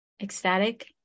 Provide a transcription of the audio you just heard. ecstatic